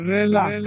Relax